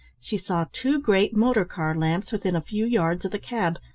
she saw two great motor-car lamps within a few yards of the cab.